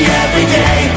everyday